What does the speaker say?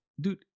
dude